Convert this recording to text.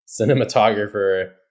cinematographer